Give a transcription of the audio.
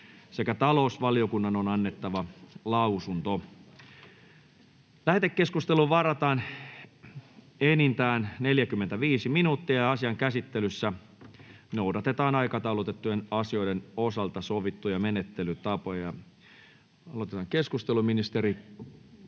ja talousvaliokunnan on annettava lausunto. Lähetekeskusteluun varataan enintään 45 minuuttia, ja asian käsittelyssä noudatetaan aikataulutettujen asioiden osalta sovittuja menettelytapoja. — Aloitetaan keskustelu, ministeri